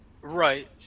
Right